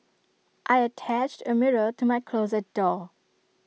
I attached A mirror to my closet door